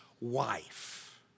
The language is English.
wife